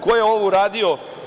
Ko je ovo uradio?